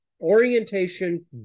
orientation